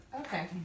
Okay